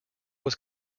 was